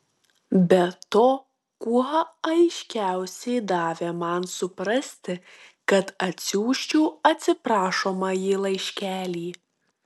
be to kuo aiškiausiai davė man suprasti kad atsiųsčiau atsiprašomąjį laiškelį